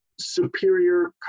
superior